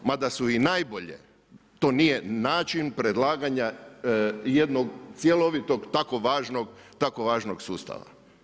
Ma da su i najbolje, to nije način predlaganja jednog cjelovitog tako važnog sustava.